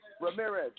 Ramirez